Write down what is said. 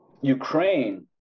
Ukraine